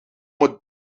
het